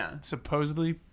supposedly